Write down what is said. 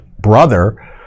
brother